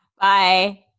Bye